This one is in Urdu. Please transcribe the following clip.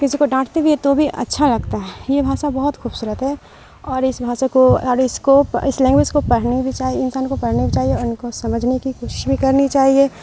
کسی کو ڈانٹتے بھی ہیں تو بھی اچھا لگتا ہے یہ بھاسا بہت خوبصورت ہے اور اس بھاسا کو اور اس کو اس لینگویج کو پڑھنے بھی چاہیے انسان کو پڑھنے بھی چاہیے اور ان کو سمجھنے کی کوشش بھی کرنی چاہیے